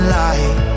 light